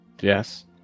Yes